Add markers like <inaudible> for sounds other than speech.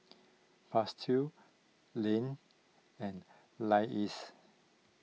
Festus Lane and <unintelligible>